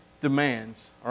demands